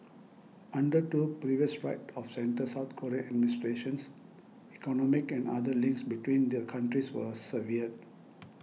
under two previous right of centre South Korean administrations economic and other links between the countries were severed